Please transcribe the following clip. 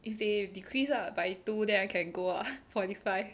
if they decrease lah by two then I can go lah forty five